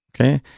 Okay